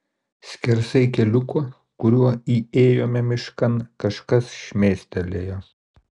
skersai keliuko kuriuo įėjome miškan kažkas šmėstelėjo